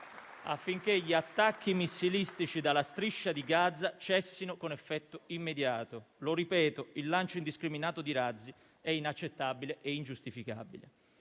affinché gli attacchi missilistici dalla Striscia di Gaza cessino con effetto immediato. Lo ripeto: il lancio indiscriminato di razzi è inaccettabile e ingiustificabile.